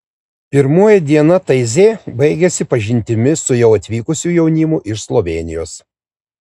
pirmoji diena taizė baigėsi pažintimi su jau atvykusiu jaunimu iš slovėnijos